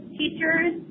teachers